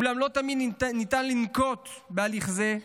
אולם לא תמיד ניתן לנקוט הליך זה,